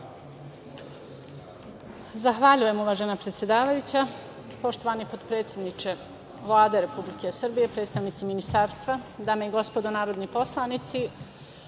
Zahvaljujem, uvažena predsedavajuća. Poštovani potpredsedniče Vlade Republike Srbije, predstavnici Ministarstva, dame i gospodo narodni poslanici,